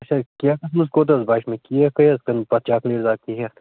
اَچھا کیکس منٚز کوٗتاہ حظ بچہِ مےٚ کیک کٔہۍ حظ کٕنہٕ بہٕ چاکلیٹ دار کیک